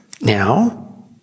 Now